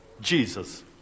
Jesus